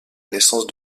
naissance